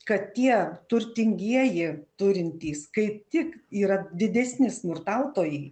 kad tie turtingieji turintys kaip tik yra didesni smurtautojai